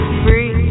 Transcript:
free